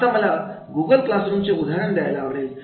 आता मला गुगल क्लासरुमचे उदाहरण द्यायला आवडेल